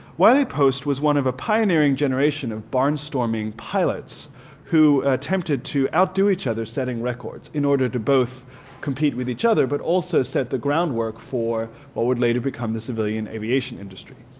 wiley post was one of a pioneering generation of barn storming pilots who attempted to outdo each other setting records in order to both compete with each other, but also set the groundwork for what would later become the civilian aviation industry.